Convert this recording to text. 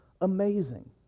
amazing